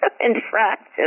infraction